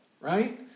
right